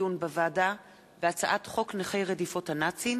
הדיון בוועדה בהצעת חוק נכי רדיפות הנאצים